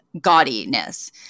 gaudiness